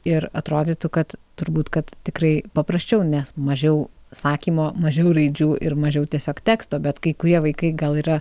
ir atrodytų kad turbūt kad tikrai paprasčiau nes mažiau sakymo mažiau raidžių ir mažiau tiesiog teksto bet kai kurie vaikai gal yra